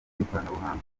bw’ikoranabuhanga